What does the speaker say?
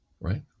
right